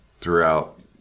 throughout